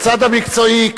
בצד המקצועי,